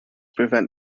prevent